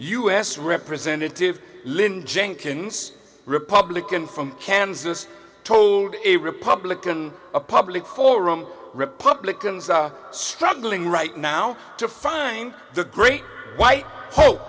s representative lynn jenkins republican from kansas told a republican a public forum republicans are struggling right now to find the great white hope